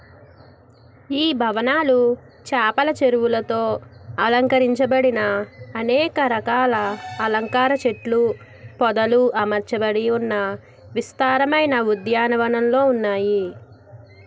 ఈ భవనాలు చాపల చెరువులతో అలంకరించబడిన అనేక రకాల అలంకార చెట్లు పొదలు అమర్చబడి ఉన్న విస్తారమైన ఉద్యానవనంలో ఉన్నాయి